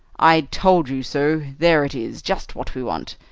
i told you so! there it is, just what we want.